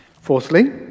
Fourthly